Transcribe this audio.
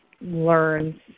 learns